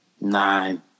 Nine